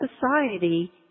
society